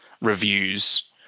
reviews